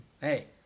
hey